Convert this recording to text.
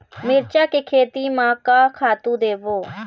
मिरचा के खेती म का खातू देबो?